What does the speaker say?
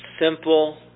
simple